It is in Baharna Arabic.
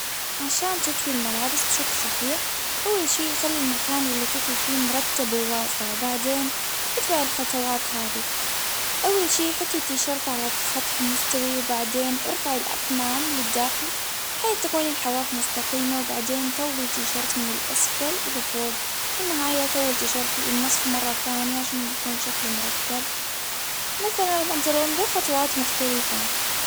عشان تطوي الملابس بشكل صحيح أول شي يخلي المكان اللي تطوي فيه مرتب وواسع، بعدين إتبع الخطوات هذي أول شي حطي التيشرت على السطح المستوي وبعدين إرفعي الأكمام للداخل بحيث تكون الحواف مستقيمة، وبعدين تولي في شرط من الأسفل إلى فوق ،في النهاية النصف مرة ثانية عشان يكون شكله مرتب، مثلا لو بنطلون له خطوات مختلفة.